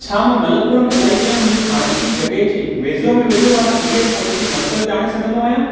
छा मां मलप्पुरम इलाइक़े में मुंहिंजी हाणोकी जॻह जी वेझो में वेझो वारा ई एस आई सी मर्कज़ ॼाणे सघंदो आहियां